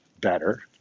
better